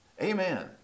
Amen